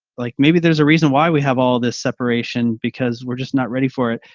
like maybe there's a reason why we have all this separation, because we're just not ready for it.